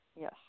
Yes